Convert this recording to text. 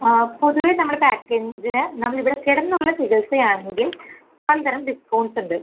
പൊതുവേ നമ്മൾ പാക്കേജിന് ഇതിൽ നമ്മൾ ഇവിടെ കിടന്നുള്ള ചികിത്സയാണെങ്കിൽ പലതരം ഡിസ്കൗണ്ട്സ് ഉണ്ട്